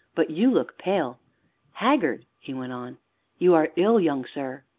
but you look pale haggard, he went on you are ill, young sir!